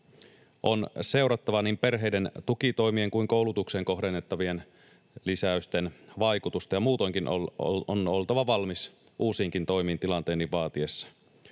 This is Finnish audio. On seurattava niin perheiden tukitoimien kuin koulutukseen kohdennettavien lisäysten vaikutusta, ja muutoinkin on oltava valmis uusiinkin toimiin tilanteen niin vaatiessa.